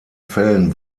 fällen